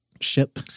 ship